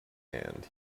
land